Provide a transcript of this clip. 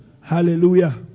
Hallelujah